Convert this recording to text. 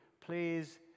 please